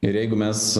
ir jeigu mes